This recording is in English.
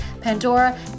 Pandora